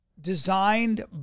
designed